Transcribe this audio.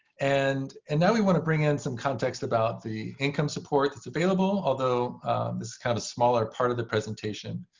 and and now we want to bring in some context about the income support that's available, although this is kind of smaller part of the presentation.